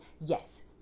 Yes